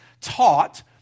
taught